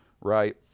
right